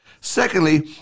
Secondly